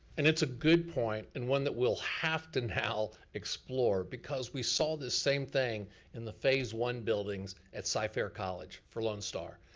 and it's a good point and one that we'll have to and now explore, because we saw this same thing in the phase one buildings at cyfair college for lone star.